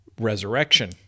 resurrection